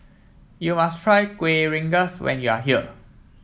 you must try Kuih Rengas when you are here